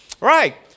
right